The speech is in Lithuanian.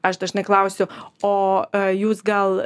aš dažnai klausiu o jūs gal